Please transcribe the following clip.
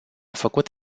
făcut